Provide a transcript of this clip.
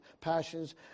passions